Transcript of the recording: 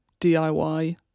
DIY